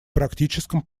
практическом